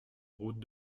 route